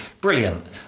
brilliant